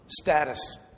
status